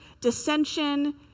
dissension